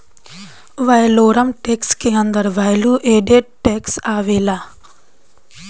valorem tax के अंदर value added tax आवेला